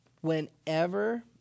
whenever